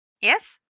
Yes